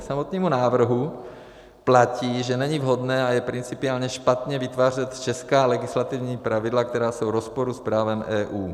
K samotnému návrhu platí, že není vhodné a je principiálně špatně vytvářet česká legislativní pravidla, která jsou v rozporu s právem EU.